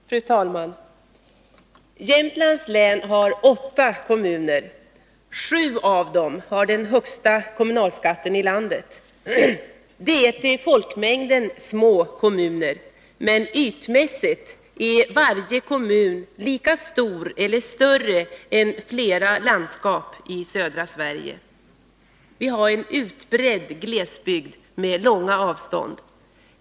Fru talman! Jämtlands län har åtta kommuner. Sju av dem har den högsta kommunalskatten i landet. Det är till folkmängden små kommuner, men ytmässigt är varje kommun lika stor som eller större än flera landskap i södra Sverige. Vi har en utbredd glesbygd med långa avstånd.